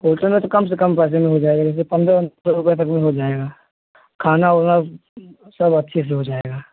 hotel में तो कम से कम पैसे में हो जाएगा जैसे पंद्रह सौ रुपये तक में हो जाएगा खाना उना सब अच्छे से हो जाएगा